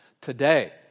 today